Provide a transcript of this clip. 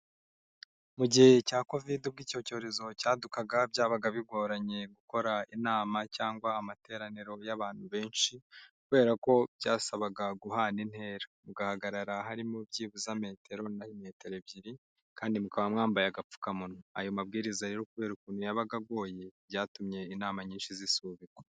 Mu gihe cya covid ubwo icyo cyorezo cyadukaga byabaga bigoranye gukora inama cyangwa amateraniro y'abantu benshi kubera ko byasabaga guhana intera. Mugahagarara harimo byibuza metero na metero ebyiri kandi mukaba mwambaye agapfukamunwa. Ayo mabwiriza rero kubera ukuntu yabaga agoye, byatumye inama nyinshi zisubikwa.